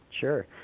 Sure